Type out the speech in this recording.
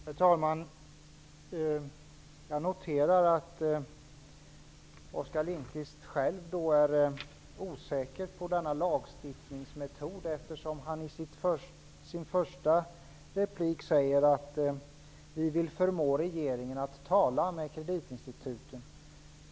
Herr talman! Jag noterar att Oskar Lindkvist själv är osäker på denna lagstiftningsmetod. I sin första replik sade han: Vi vill förmå regeringen att tala med kreditinstituten.